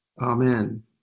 Amen